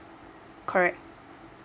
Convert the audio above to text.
correct